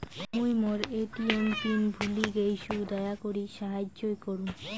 মুই মোর ATM PIN ভুলে গেইসু, দয়া করি সাহাইয্য করুন